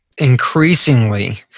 increasingly